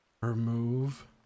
remove